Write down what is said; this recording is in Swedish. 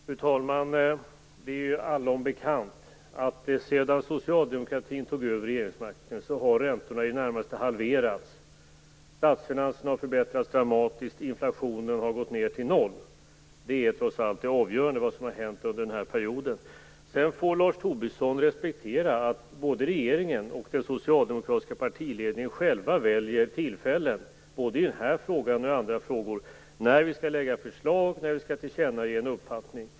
Fru talman! Det är allom bekant att sedan socialdemokratin tog över regeringsmakten har räntorna i det närmaste halverats, statsfinanserna har förbättrats dramatiskt och inflationen har gått ned till noll. Det är trots allt det avgörande som har hänt under den här perioden. Sedan får Lars Tobisson respektera att regeringen och den socialdemokratiska partiledningen själva väljer tillfälle, både i den här frågan och i andra frågor, när vi skall lägga förslag och när vi skall tillkännage en uppfattning.